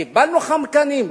קיבלנו "חמקנים",